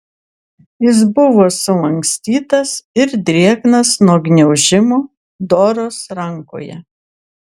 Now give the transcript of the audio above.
jis buvo sulankstytas ir drėgnas nuo gniaužimo doros rankoje